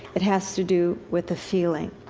it has to do with the feeling.